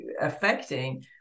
affecting